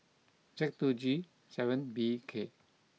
Z two G seven B K